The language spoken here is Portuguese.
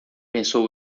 pensou